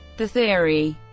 the theory,